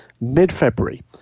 mid-February